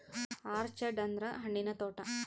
orchard ಅಂದ್ರ ಹಣ್ಣಿನ ತೋಟ